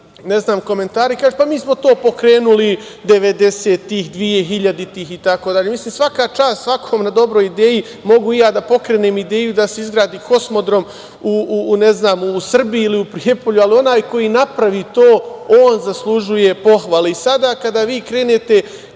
se raznorazni komentari, mi smo to pokrenuli 90-ih, 2000-ih, itd. Svaka čast svakom na dobroj ideji, mogu i ja da pokrenem ideju da se izgradi kosmodrom u Srbiji ili u Prijepolju, ali onaj koji napravi to, on zaslužuje pohvale. Sada, kada vi krenete